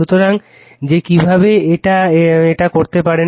সুতরাং যে কিভাবে এক এটা করতে পারেন